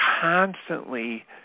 constantly